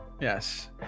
Yes